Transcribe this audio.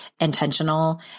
intentional